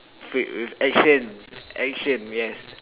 filled with action action yes